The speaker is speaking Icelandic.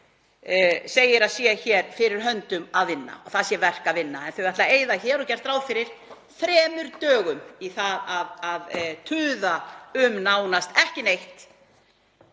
segir að séu hér fyrir höndum að vinna, að það sé verk að vinna. En þau ætla að eyða hér og gera ráð fyrir þremur dögum í það að tuða um nánast ekki neitt